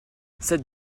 cette